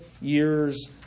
years